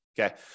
Okay